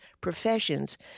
professions